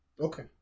Okay